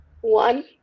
One